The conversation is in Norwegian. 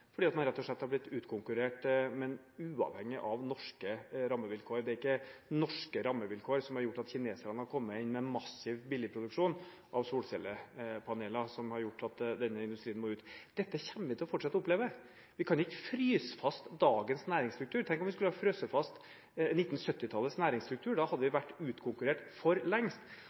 blitt utkonkurrert – uavhengig av norske rammevilkår. Det er ikke norske rammevilkår som har gjort at kineserne har kommet inn med massiv billigproduksjon av solcellepanel som har gjort at denne industrien må ut. Dette kommer vi fortsatt til å oppleve. Vi kan ikke fryse fast dagens næringsstruktur. Tenk om vi skulle ha fryst fast 1970-tallets næringsstruktur, da hadde vi vært utkonkurrert for lengst!